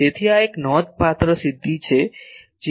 તેથી આ એક નોંધપાત્ર સિદ્ધિ છે જે આપણે આ શોધી શકીએ